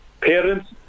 parents